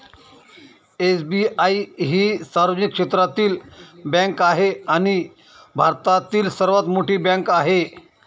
SBI ही सार्वजनिक क्षेत्रातील बँक आहे आणि भारतातील सर्वात मोठी बँक आहे